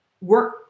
work